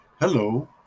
Hello